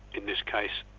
in this case,